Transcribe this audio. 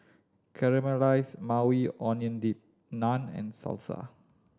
Caramelized Maui Onion Dip Naan and Salsa